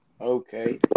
Okay